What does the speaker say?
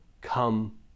come